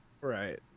Right